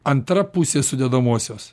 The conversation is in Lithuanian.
antra pusė sudedamosios